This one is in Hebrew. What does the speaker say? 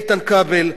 איתן כבל,